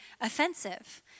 offensive